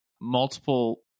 multiple